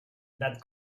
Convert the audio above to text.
that